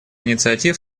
инициатив